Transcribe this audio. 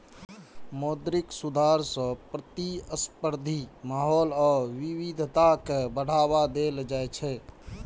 मौद्रिक सुधार सं प्रतिस्पर्धी माहौल आ विविधता कें बढ़ावा देल जाइ छै